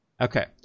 Okay